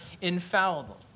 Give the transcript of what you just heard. infallible